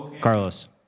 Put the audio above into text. Carlos